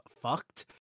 fucked